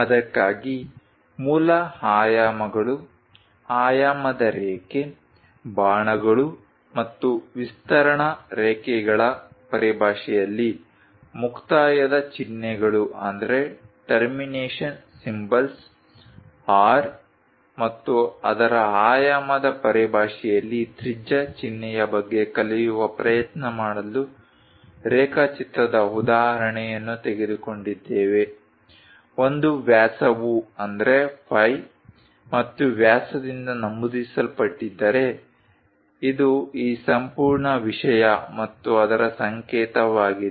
ಅದಕ್ಕಾಗಿ ಮೂಲ ಆಯಾಮಗಳು ಆಯಾಮದ ರೇಖೆ ಬಾಣಗಳು ಮತ್ತು ವಿಸ್ತರಣಾ ರೇಖೆಗಳ ಪರಿಭಾಷೆಯಲ್ಲಿ ಮುಕ್ತಾಯದ ಚಿಹ್ನೆಗಳು R ಮತ್ತು ಅದರ ಆಯಾಮದ ಪರಿಭಾಷೆಯಲ್ಲಿ ತ್ರಿಜ್ಯ ಚಿಹ್ನೆಯ ಬಗ್ಗೆ ಕಲಿಯುವ ಪ್ರಯತ್ನ ಮಾಡಲು ರೇಖಾಚಿತ್ರದ ಉದಾಹರಣೆಯನ್ನು ತೆಗೆದುಕೊಂಡಿದ್ದೇವೆ ಒಂದು ವ್ಯಾಸವು ಫೈ ಮತ್ತು ವ್ಯಾಸದಿಂದ ನಮೂದಿಸಲ್ಪಟ್ಟಿದ್ದರೆ ಇದು ಈ ಸಂಪೂರ್ಣ ವಿಷಯ ಮತ್ತು ಅದರ ಸಂಕೇತವಾಗಿದೆ